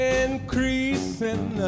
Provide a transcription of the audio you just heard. increasing